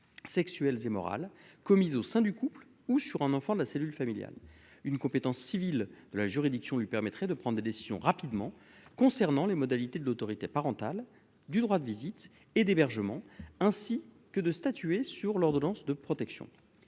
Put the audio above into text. sexuelles et morales commises au sein du couple ou sur un enfant de la cellule familiale, une compétence civils la juridiction lui permettrait de prendre des décisions rapidement concernant les modalités de l'autorité parentale, du droit de visite et d'hébergement ainsi que de statuer sur l'ordonnance de protection